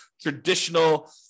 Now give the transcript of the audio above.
traditional